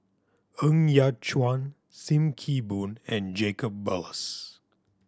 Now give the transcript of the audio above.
Ng Yat Chuan Sim Kee Boon and Jacob Ballas